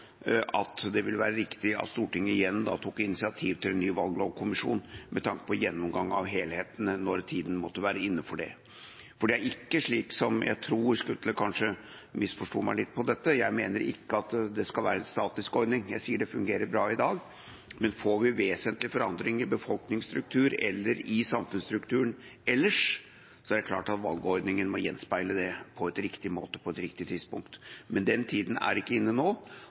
at det ville være riktig at Stortinget igjen tok initiativ til en ny valglovkommisjon med tanke på en gjennomgang av helheten når tida måtte være inne for det. Det er slik – jeg tror Skutle kanskje misforsto meg på dette – at jeg mener ikke at det skal være en statisk ordning. Jeg sier at det fungerer bra i dag, men får vi vesentlige forandringer i befolkningsstrukturen eller i samfunnsstrukturen ellers, er det klart at valgordninga må gjenspeile det på en riktig måte på et riktig tidspunkt, men den tida er ikke inne nå.